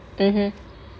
mmhmm